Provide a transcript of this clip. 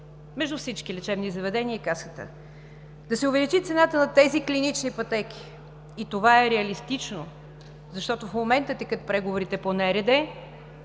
между всички лечебни заведения и Касата. Да се увеличи цената на тези клинични пътеки и това е реалистично, защото в момента текат преговорите по